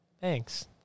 Thanks